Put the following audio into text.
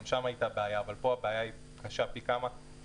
גם שם הייתה בעיה אבל פה הבעיה קשה פי כמה כי